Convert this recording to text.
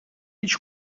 هیچ